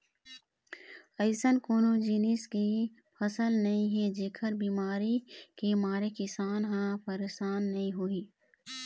अइसन कोनो जिनिस के फसल नइ हे जेखर बिमारी के मारे किसान ह परसान नइ होही